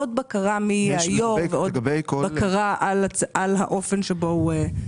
עוד בקרה מי יהיה היושב ראש ועוד בקרה על הכוח שיש לו.